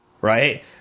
right –